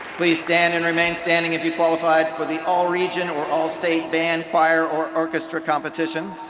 please stand and remain standing if you qualified for the all region or all state band, choir, or orchestra competition.